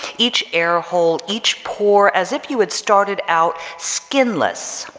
each air hole, each pore, as if you had started out skinless,